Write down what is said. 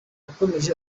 yakomeje